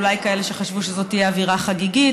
אולי היו כאלה שחשבו שזו תהיה אווירה חגיגית.